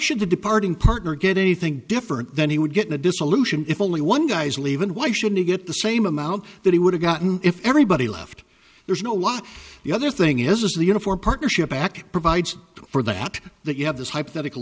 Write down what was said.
should the departing partner get anything different than he would get the dissolution if only one guy's leaving why should he get the same amount that he would have gotten if everybody left there's no law the other thing is is the uniform partnership back provides for that that you have this hypothetical